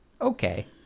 okay